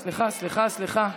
סליחה, סליחה, סליחה.